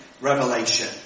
Revelation